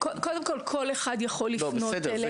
קודם כול, כל אחד יכול לפנות אלינו.